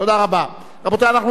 אנחנו משנים את סדר-היום,